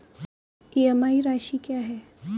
EMI राशि क्या है?